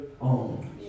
own